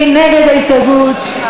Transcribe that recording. מי נגד ההסתייגות?